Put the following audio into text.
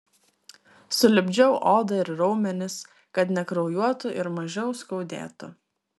sulipdžiau odą ir raumenis kad nekraujuotų ir mažiau skaudėtų